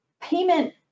payment